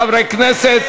אבקסיס,